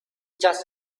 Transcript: just